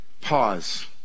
pause